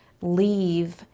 leave